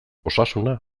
osasuna